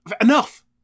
Enough